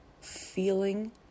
feeling